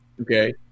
Okay